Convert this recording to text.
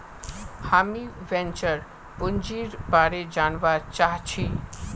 हामीं वेंचर पूंजीर बारे जनवा चाहछी